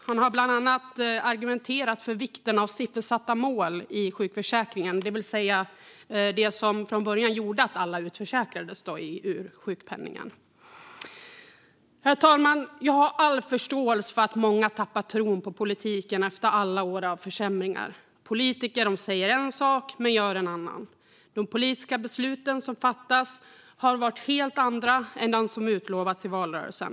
Han har bland annat argumenterat för vikten av siffersatta mål i sjukförsäkringen, det vill säga det som från början gjorde att alla utförsäkrades i sjukpenningen. Herr talman! Jag har all förståelse för att många tappat tron på politiken efter alla år av försämringar. Politiker säger en sak men gör en annan. De politiska beslut som fattats har varit helt andra än de som utlovats i valrörelsen.